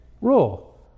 rule